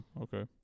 Okay